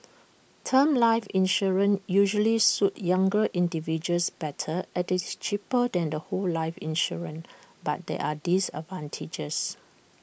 term life insurance usually suit younger individuals better as IT is cheaper than the whole life insurance but there are disadvantages